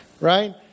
Right